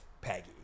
Peggy